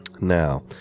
Now